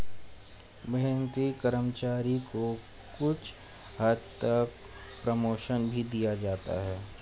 मेहनती कर्मचारी को कुछ हद तक प्रमोशन भी दिया जाता है